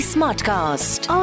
Smartcast